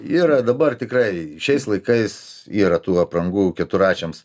yra dabar tikrai šiais laikais yra tų aprangų keturračiams